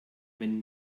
wenn